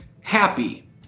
happy